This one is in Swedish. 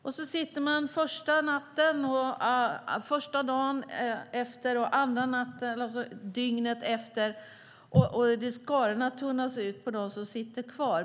Man sitter första natten och första dagen efter, andra natten och andra dagen efter. Skarorna tunnas ut bland dem som sitter kvar.